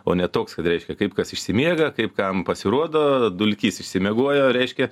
o ne toks kad reiškia kaip kas išsimiega kaip kam pasirodo dulkys išsimiegojo reiškia